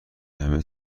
همه